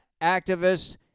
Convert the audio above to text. activists